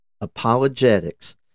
apologetics